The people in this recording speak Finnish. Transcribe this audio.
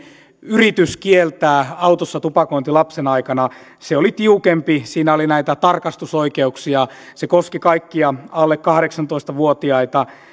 yritys kieltää autossa tupakointi lapsen aikana oli tiukempi siinä oli näitä tarkastusoikeuksia se koski kaikkia alle kahdeksantoista vuotiaita